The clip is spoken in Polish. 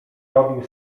robił